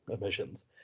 emissions